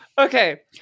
okay